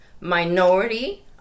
minority